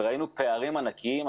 וראינו פערים ענקיים.